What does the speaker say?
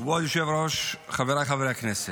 כבוד היושב-ראש, חבריי חברי הכנסת,